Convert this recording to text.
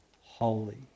holy